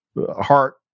heart